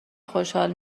خوشحال